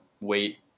wait